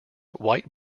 white